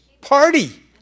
party